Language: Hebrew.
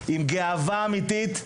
עם גאווה אמיתית,